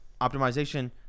optimization